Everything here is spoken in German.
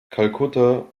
kalkutta